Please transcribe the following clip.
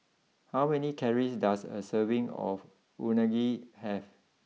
how many calories does a serving of Unagi have